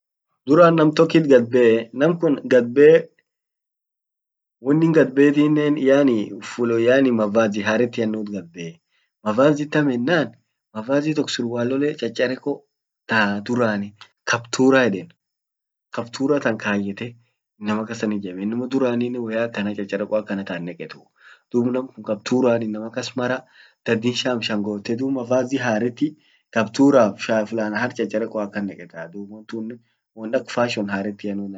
duran nam tokkit gadbee, nam kun wonnin gadbefinnan yaani fulu yaani mavazi haretian nut gadbee. Mavazi tam ennan, mavazi tok surwallole cchachareko, ta duran kapturaa eden, kaptura tan kayete inama kassan ijem. Duran innin woya akanatan woyya cchachareko akanatan hinneketu, dub nam kun kapturan innama kas mara dadhin sham shangote, dub mavazi haretti kapturaf fulana hark cchacharekoa akan neketaa, dub won tunnen won ak fashion harretia nuinamat gadbatee.